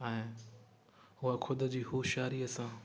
ऐं हूअ खुदि जी होशियारीअ सां